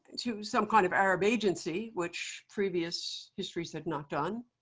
to some kind of arab agency, which previous histories had not done.